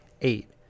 eight